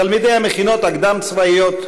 תלמידי המכינות הקדם-צבאיות,